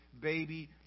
baby